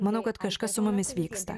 manau kad kažkas su mumis vyksta